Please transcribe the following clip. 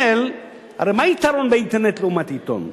הרי מה היתרון באינטרנט לעומת עיתון?